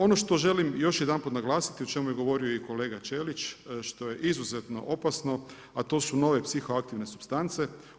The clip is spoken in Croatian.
Ono što želim još jedanput naglasiti o čemu je govorio i kolega Ćelić što je izuzetno opasno a to su nove psihoaktivne supstance.